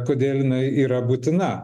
kodėl jinai yra būtina